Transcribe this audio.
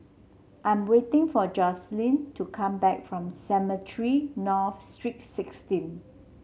I'm waiting for Jocelyne to come back from Cemetry North Street Sixteen